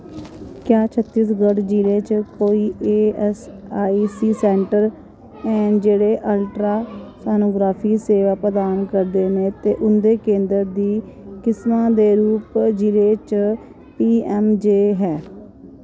क्या छत्तीसगढ़ जिले च कोई ईऐस्सआईसी सैंटर जेह्ड़े अल्ट्रासोनोग्राफी सेवां प्रदान करदे न ते उं'दे केंदर दी किसमा दे रूप जिले च पीऐम्मजे ऐ